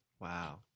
Wow